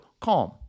CALM